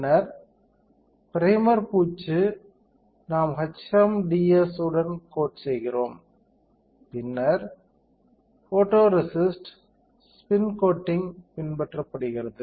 பின்னர் ப்ரைமர் பூச்சு நாம் HMDS உடன் கோட் செய்கிறோம் பின்னர் ஃபோட்டோரேசிஸ்ட் ஸ்பின் கோட்டிங் பின்பற்றப்படுகிறது